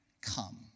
come